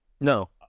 no